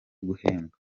guhembwa